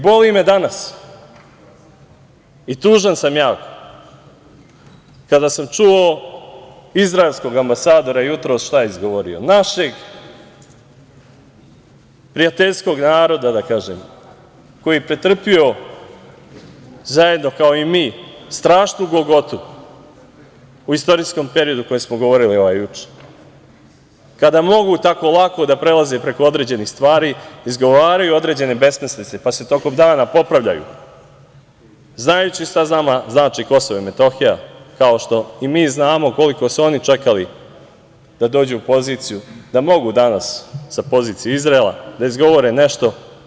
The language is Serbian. Boli me danas i tužan sam jako kada sam čuo izraelskog ambasadora jutros šta je izgovorio, našeg prijateljskog naroda, da kažem, koji je pretrpeo, zajedno kao i mi, strašnu golgotu u istorijskom periodu o kojem smo govorili juče, kada mogu tako lako da prelaze preko određenih stvari, izgovaraju određene besmislice, pa se tokom dana popravljaju, znajući šta nama znači Kosovo i Metohija, kao što i mi znamo koliko su oni čekali da dođu u poziciju da mogu danas sa pozicije Izraela da izgovore nešto.